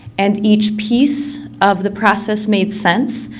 and each piece of the process made sense.